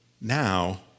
now